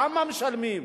כמה משלמים?